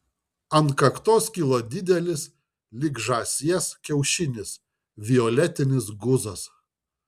ant kaktos kilo didelis lyg žąsies kiaušinis violetinis guzas